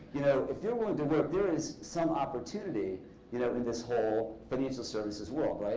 you know if you're willing to work, there is some opportunity you know in this whole financial services world.